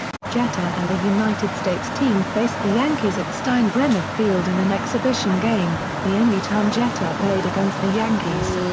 jeter and the united states team faced the yankees at steinbrenner field in an exhibition game, the only time jeter played against the yankees.